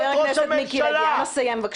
חבר הכנסת מיקי לוי, אנא סיים, בבקשה.